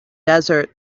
desert